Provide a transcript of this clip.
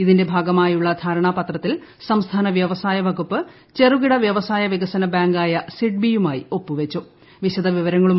ഇതിന്റെ ഭാഗമായുള്ള ധാരണാപത്രത്തിൽ സംസ്ഥാന വ്യവസായ വകുപ്പ് ചെറുകിട വ്യവസായ വികസന ബാങ്കായ സിഡ്ബിയുമായി ഒപ്പു വെച്ചു